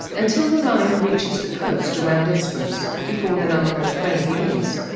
until the line reaches the coast around esperance, before the nullarbor plain begins.